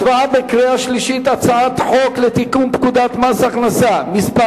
הצבעה בקריאה שלישית על הצעת חוק לתיקון פקודת מס הכנסה (מס'